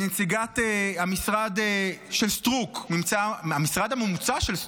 נציגות המשרד של סטרוק, המשרד המומצא של סטרוק,